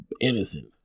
innocent